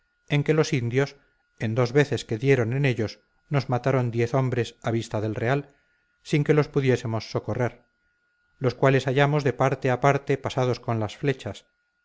en que los indios en dos veces que dieron en ellos nos mataron diez hombres a vista del real sin que los pudiésemos socorrer los cuales hallamos de parte a parte pasados con las flechas